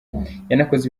yanakoze